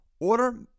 Order